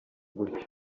gutyo